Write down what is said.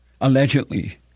allegedly